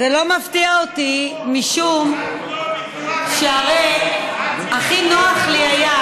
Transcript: זה לא מפתיע אותי, שהרי הכי נוח לי היה